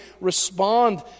respond